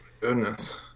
goodness